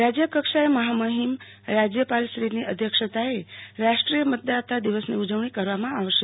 રાજ્યકક્ષાએ મફામફિમ રાજ્યપાલશ્રીની અધ્યક્ષતાએ રાષ્ટ્રીય મતદાતા દિવસની ઉજવણી કરવામાં આવશે